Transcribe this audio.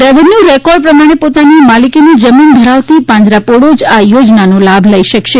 revenue record પ્રમાણે પોતાની માલિકીની જમીન ધરાવતી પાંજરાપોળો જ આ યોજનાનો લાભ લઈ શકશે